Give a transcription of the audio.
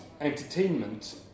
entertainment